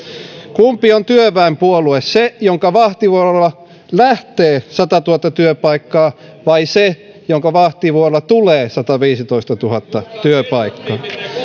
kumpi on työväenpuolue se jonka vahtivuorolla lähtee satatuhatta työpaikkaa vai se jonka vahtivuorolla tulee sataviisitoistatuhatta työpaikkaa